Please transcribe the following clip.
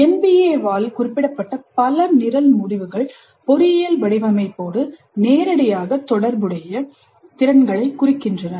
NBA ஆல் குறிப்பிடப்பட்ட பல நிரல் முடிவுகள் பொறியியல் வடிவமைப்போடு நேரடியாக தொடர்புடைய திறன்களைக் குறிக்கின்றன